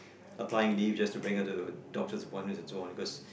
applying leave just to bring her to doctor's appointment and so on because